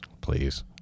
Please